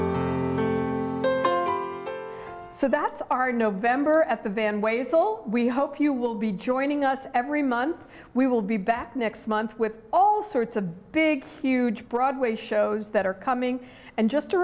you so that's our november at the band way soul we hope you will be joining us every month we will be back next month with all sorts a big huge broadway shows that are coming and just a